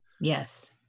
Yes